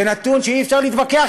זה נתון שאי-אפשר להתווכח